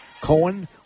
Cohen